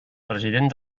president